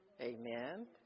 Amen